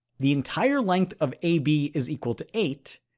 the entire length of ab is equal to eight,